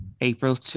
April